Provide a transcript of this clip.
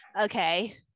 okay